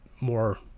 more